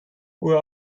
uhr